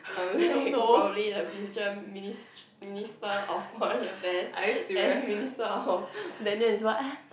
erm probably the future minis~ minister of foreign affairs and minister of is what